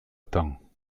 temps